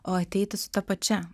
o ateiti su ta pačia